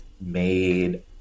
made